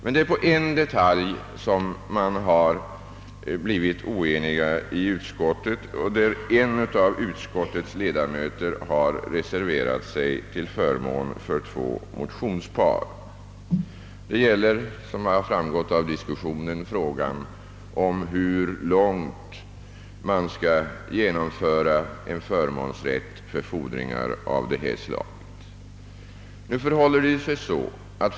Endast om en detalj har man blivit oenig i utskottet, och en av utskottets ledamöter har reserverat sig till förmån för två motionspar. Såsom framgått av diskussionen gäller det frågan vilken omfattning en förmånsrätt för fordringar av detta slag skall få.